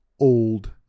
old